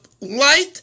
light